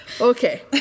Okay